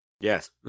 Yes